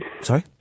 Sorry